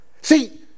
See